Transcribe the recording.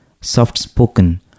soft-spoken